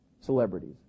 celebrities